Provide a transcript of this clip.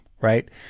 right